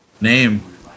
Name